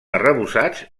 arrebossats